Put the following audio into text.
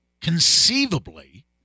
conceivably